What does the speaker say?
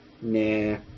Nah